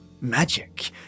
magic